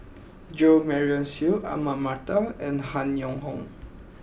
Jo Marion Seow Ahmad Mattar and Han Yong Hong